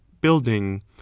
building